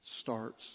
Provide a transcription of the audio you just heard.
starts